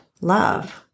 Love